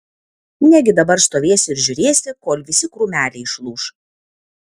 negi dabar stovėsi ir žiūrėsi kol visi krūmeliai išlūš